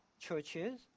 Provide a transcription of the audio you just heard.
churches